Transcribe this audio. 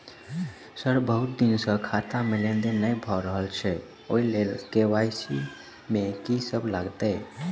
Sir बहुत दिन सऽ खाता मे लेनदेन नै भऽ रहल छैय ओई लेल के.वाई.सी मे की सब लागति ई?